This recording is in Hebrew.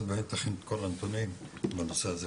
אז באמת להכין את כל התכנונים לנושא הזה,